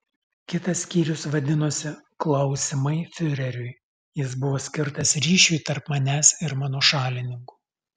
kitas skyrius vadinosi klausimai fiureriui jis buvo skirtas ryšiui tarp manęs ir mano šalininkų